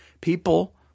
People